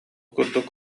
курдук